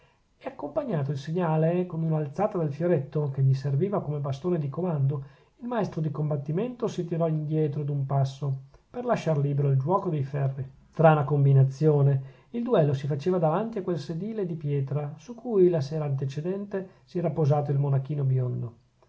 e accompagnato il segnale con una alzata del fioretto che gli serviva come bastone di comando il maestro di combattimento si tirò indietro d'un passo per lasciar libero il giuoco dei ferri strana combinazione il duello si faceva davanti a quel sedile di pietra su cui la sera antecedente si era posato il monachino biondo